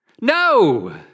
No